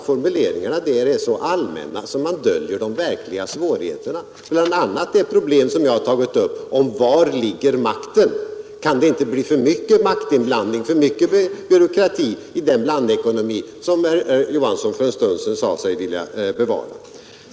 Formuleringarna där är så allmänna, att man döljer de verkliga svårigheterna, bl.a. det problem som jag tagit upp om var makten ligger. Kan det inte bli för mycket av maktinblandning och för mycket av byråkrati i den blandekonomi som herr Johansson för en stund sedan sade sig vilja bevara?